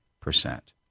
percent